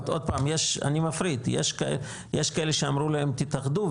אני מפריד יש כאלה שאמרו להם: תתאגדו,